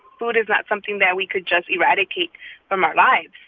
food is not something that we could just eradicate from our lives,